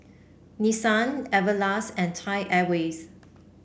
Nissan Everlast and Thai Airways